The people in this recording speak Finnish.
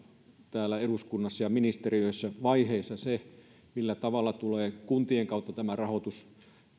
täällä eduskunnassa ja ministeriöissä vaiheessa se millä tavalla tämä rahoitus tulee kuntien kautta